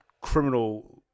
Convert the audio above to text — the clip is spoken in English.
criminal